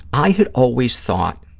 i had always thought